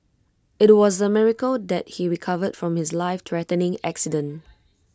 IT was A miracle that he recovered from his lifethreatening accident